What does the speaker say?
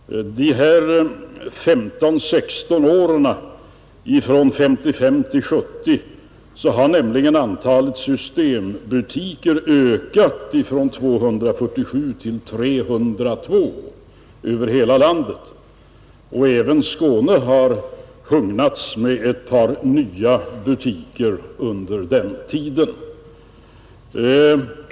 Under de 15—16 åren från 1955—1970 har nämligen antalet systembutiker ökat från 247 till 302 över hela landet, och även Skåne har hugnats med ett par nya butiker under den tiden.